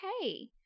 okay